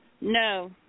No